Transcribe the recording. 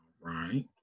right